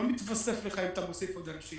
זה לא מתווסף לך אם אתה מוסיף עוד אנשים,